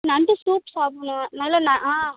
நண்டு சூப் சாப்பிட்ணும் நல்லா நான் ஆ